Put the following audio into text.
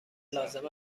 لازم